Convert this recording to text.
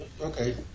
Okay